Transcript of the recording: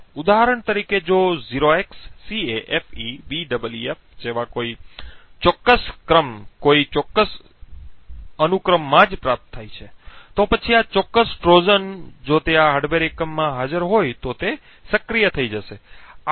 ઉદાહરણ તરીકે જો 0xCAFEBEEF જેવા કોઈ ચોક્કસ ક્રમ કોઈ વિશિષ્ટ અનુક્રમમાં જ પ્રાપ્ત થાય છે તો પછી આ ચોક્કસ ટ્રોજન જો તે આ હાર્ડવેર એકમમાં હાજર હોય તો તે સક્રિય થઈ જશે